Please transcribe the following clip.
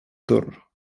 tor